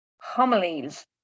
homilies